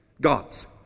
God's